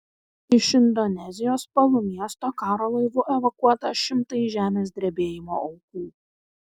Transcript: iš indonezijos palu miesto karo laivu evakuota šimtai žemės drebėjimo aukų